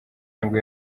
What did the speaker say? nibwo